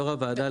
יו"ר הוועדה,